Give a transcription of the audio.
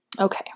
Okay